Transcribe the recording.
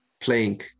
playing